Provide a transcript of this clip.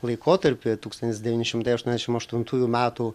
laikotarpį tūkstantis devyni šimtai aštuoniasdešimt aštuntųjų metų